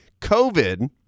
COVID